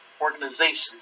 organizations